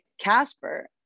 Casper